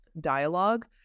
dialogue